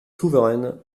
souveraine